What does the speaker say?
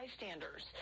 bystanders